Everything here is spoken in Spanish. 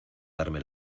darme